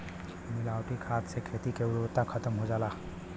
मिलावटी खाद से खेती के उर्वरता खतम हो जाला